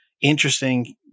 interesting